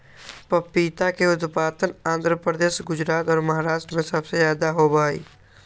पपीता के उत्पादन आंध्र प्रदेश, गुजरात और महाराष्ट्र में सबसे ज्यादा होबा हई